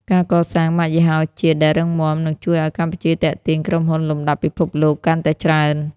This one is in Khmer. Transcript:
ការកសាង "ម៉ាកយីហោជាតិ" ដែលរឹងមាំ នឹងជួយឱ្យកម្ពុជាទាក់ទាញក្រុមហ៊ុនលំដាប់ពិភពលោកកាន់តែច្រើន។